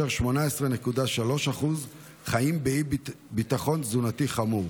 18.3% חיים באי-ביטחון תזונתי חמור